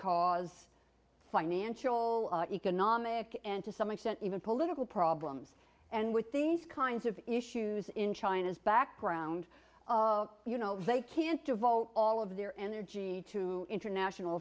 cause financial economic and to some extent even political problems and with these kinds of issues in china's background of you know they can't devote all of their energy to international